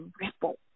ripple